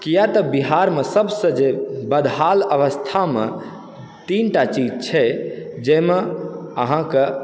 किया तऽ बिहारमे सबसँ जे बदहाल अवस्थामे तीनटा चीज छै जहिमे अहाँके